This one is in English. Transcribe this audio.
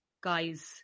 guys